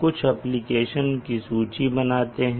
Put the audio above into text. कुछ एप्लीकेशन की सूची बनाते हैं